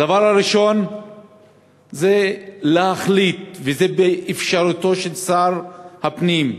הדבר הראשון זה להחליט, וזה באפשרותו של שר הפנים,